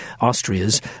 Austria's